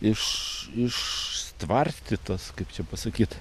iš iš stvarstytos kaip čia pasakyt